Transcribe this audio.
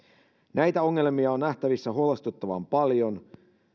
näitä ongelmia on nähtävissä huolestuttavan paljon